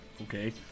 Okay